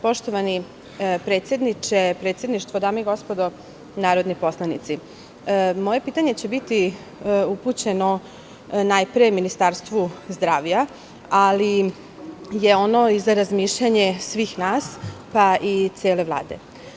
Poštovani predsedniče, predsedništvo, dame i gospodo narodni poslanici, moje pitanje će biti upućeno najpre Ministarstvu zdravlja, ali je ono i za razmišljanje svih nas, pa i cele Vlade.